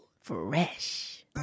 Fresh